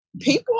people